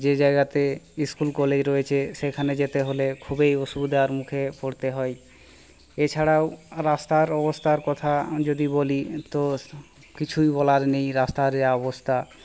যে জায়গাতে school college রয়েছে সেখানে যেতে হলে খুবই অসুবিধার মুখে পড়তে হয় এছাড়াও রাস্তার অবস্থার কথা আমি যদি বলি তো কিছু বলার নেই রাস্তার যা অবস্থা